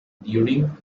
during